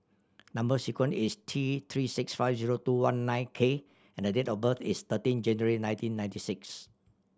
number sequence is T Three six five zero two one nine K and date of birth is thirteen January nineteen ninety six